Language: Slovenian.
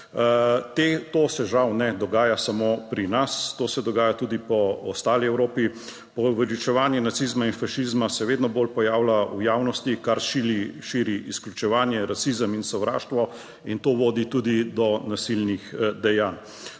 To se žal ne dogaja samo pri nas, to se dogaja tudi po ostali Evropi. Poveličevanje nacizma in fašizma se vedno bolj pojavlja v javnosti, kar širi, širi izključevanje, rasizem in sovraštvo in to vodi tudi do nasilnih dejanj.